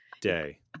day